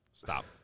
Stop